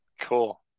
Cool